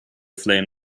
flame